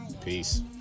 Peace